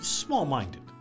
small-minded